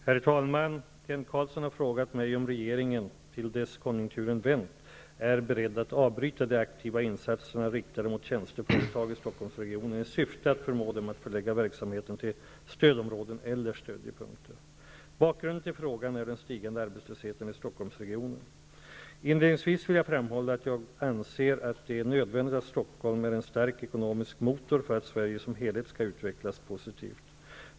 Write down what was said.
Herr talman! Kent Carlsson har frågat mig om regeringen -- till dess konjunkturen vänt -- är beredd att avbryta de aktiva insatserna riktade mot tjänsteföretag i Stockholmsregionen i syfte att förmå dem att förlägga verksamhet till stödområden eller stödjepunkter. Bakgrunden till frågan är den stigande arbetslösheten i Inledningsvis vill jag framhålla att jag anser att det är nödvändigt att Stockholm är en stark ekonomisk motor för att Sverige som helhet skall utvecklas positivt.